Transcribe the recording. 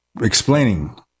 explaining